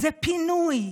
זה פינוי.